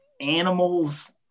animals